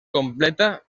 completa